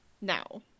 now